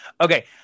okay